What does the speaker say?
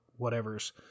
whatevers